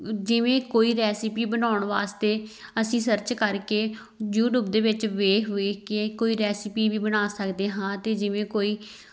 ਜਿਵੇਂ ਕੋਈ ਰੈਸਿਪੀ ਬਣਾਉਣ ਵਾਸਤੇ ਅਸੀਂ ਸਰਚ ਕਰਕੇ ਯੂਟਿਊਬ ਦੇ ਵਿੱਚ ਵੇਖ ਵੇਖ ਕੇ ਕੋਈ ਰੈਸਿਪੀ ਵੀ ਬਣਾ ਸਕਦੇ ਹਾਂ ਅਤੇ ਜਿਵੇਂ ਕੋਈ